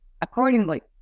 accordingly